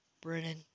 Brennan